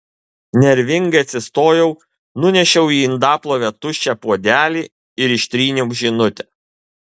nervingai atsistojau nunešiau į indaplovę tuščią puodelį ir ištryniau žinutę